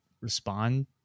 respond